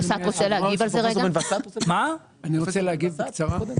אני רוצה להגיב בקיצור.